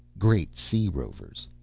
great sea rovers.